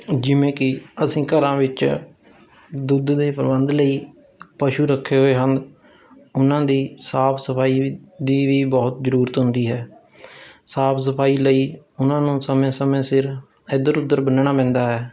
ਜਿਵੇਂ ਕਿ ਅਸੀਂ ਘਰਾਂ ਵਿੱਚ ਦੁੱਧ ਦੇ ਪ੍ਰਬੰਧ ਲਈ ਪਸ਼ੂ ਰੱਖੇ ਹੋਏ ਹਨ ਉਹਨਾਂ ਦੀ ਸਾਫ ਸਫਾਈ ਦੀ ਵੀ ਬਹੁਤ ਜ਼ਰੂਰਤ ਹੁੰਦੀ ਹੈ ਸਾਫ ਸਫਾਈ ਲਈ ਉਹਨਾਂ ਨੂੰ ਸਮੇਂ ਸਮੇਂ ਸਿਰ ਇੱਧਰ ਉੱਧਰ ਬੰਨ੍ਹਣਾ ਪੈਂਦਾ ਹੈ